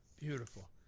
Beautiful